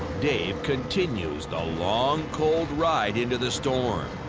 dave continues the long, cold ride into the storm.